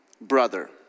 brother